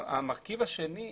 המרכיב השני,